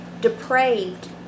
depraved